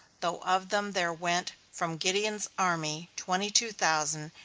though of them there went from gideon's army twenty-two thousand,